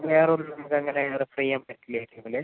വേറെ ഒന്നും നമുക്ക് അങ്ങനെ വേറെ ചെയ്യാൻ പറ്റില്ല ഇതിൽ